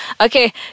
okay